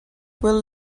will